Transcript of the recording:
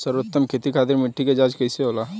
सर्वोत्तम खेती खातिर मिट्टी के जाँच कईसे होला?